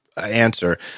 answer